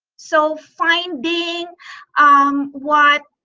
so finding um what